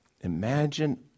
Imagine